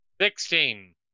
Sixteen